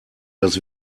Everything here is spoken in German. das